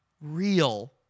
real